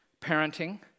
parenting